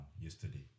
yesterday